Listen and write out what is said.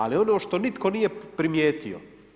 Ali, ono što nitko nije primijetio?